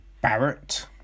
Barrett